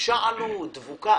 ל-"חמישה עלו בדבוקה".